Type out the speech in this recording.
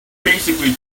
basically